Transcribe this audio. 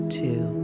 two